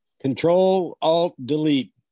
Control-Alt-Delete